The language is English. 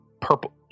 purple